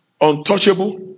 untouchable